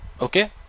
Okay